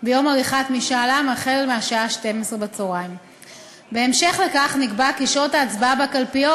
ביום עריכת משאל העם החל מהשעה 12:00. בהמשך לכך נקבע כי שעות ההצבעה בקלפיות